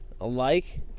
alike